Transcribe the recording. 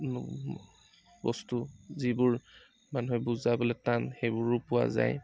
বস্তু যিবোৰ মানুহে বুজাবলৈ টান সেইবোৰো পোৱা যায়